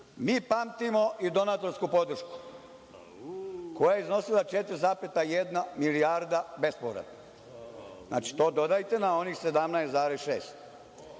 mi pamtimo i donatorsku podršku koja je iznosila 4,1 milijardu bespovratno. Znači, tu dodajte na onih 17,6.Pa